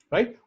Right